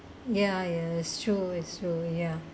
ya ya it's true it's true ya